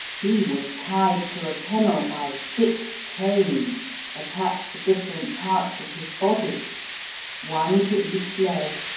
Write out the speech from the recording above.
he was tied to a kennel by six chains attached to different parts of his body one to each leg,